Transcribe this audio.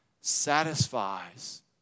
satisfies